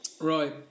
Right